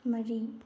ꯃꯔꯤ